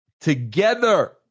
together